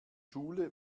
schule